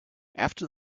after